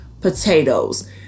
potatoes